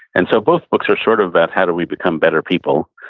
and so both books are sort of about how do we become better people.